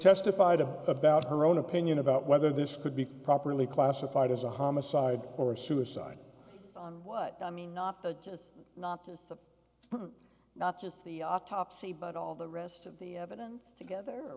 testified to about her own opinion about whether this could be properly classified as a homicide or suicide on what i mean not the not just the not just the autopsy but all the rest of the evidence together